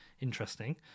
interesting